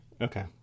okay